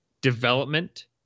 development